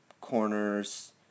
corners